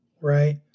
right